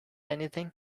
anything